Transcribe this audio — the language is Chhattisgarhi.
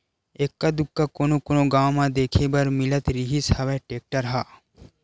एक्का दूक्का कोनो कोनो गाँव म देखे बर मिलत रिहिस हवय टेक्टर ह